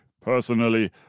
Personally